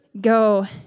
go